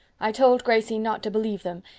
i told gracie not to believe them,